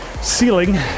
ceiling